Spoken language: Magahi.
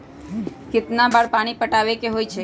कितना बार पानी पटावे के होई छाई?